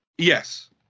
Yes